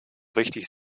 wichtig